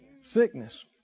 sickness